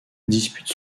dispute